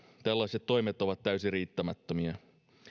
tällaiset toimet ovat täysin riittämättömiä